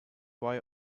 why